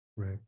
Right